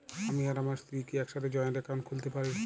আমি আর আমার স্ত্রী কি একসাথে জয়েন্ট অ্যাকাউন্ট খুলতে পারি?